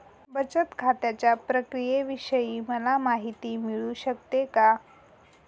बचत खात्याच्या प्रक्रियेविषयी मला माहिती मिळू शकते का?